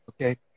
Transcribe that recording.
Okay